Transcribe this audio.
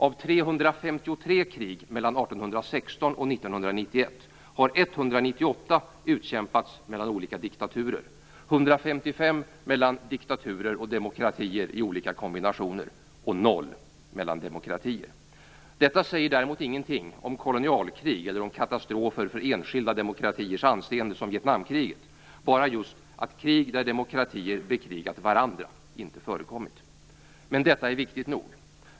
Av 353 krig mellan åren 1816 och 1991 har 198 utkämpats mellan olika diktaturer, 155 mellan diktaturer och demokratier i olika kombinationer och 0 mellan demokratier. Detta säger däremot ingenting om kolonialkrig eller om katastrofer för enskilda demokratiers anseende, som Vietnamkriget, utan just bara att krig där demokratier bekrigat varandra inte förekommit. Men detta är viktigt nog.